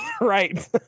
Right